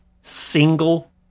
single